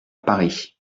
paris